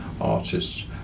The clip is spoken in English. artists